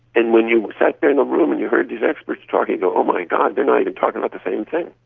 and when you sat there in a room and you heard these experts talking, oh my god, they're not even talking about the same thing.